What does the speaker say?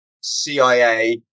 CIA